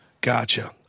Gotcha